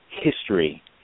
history